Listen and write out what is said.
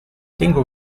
tengo